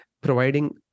providing